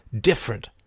different